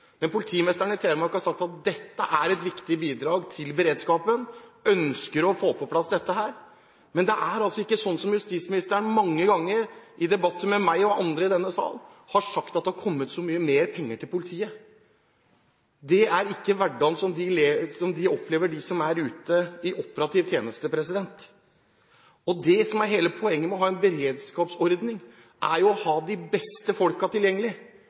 Men politimesteren i Telemark har sagt at dette er et viktig bidrag til beredskapen og ønsker å få dette på plass. Det er ikke sånn som justisministeren mange ganger i debatter med meg og andre i denne sal har sagt, at det har kommet så mye mer penger til politiet. Det er ikke den hverdagen de opplever som er ute i operativ tjeneste. Det som er hele poenget med å ha en beredskapsordning, er å ha de beste folkene tilgjengelig